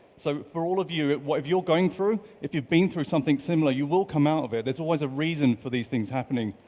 so for all of you, whatever you're going through, if you've been through something similar, you will come out of it. there's always a reason for these things happening.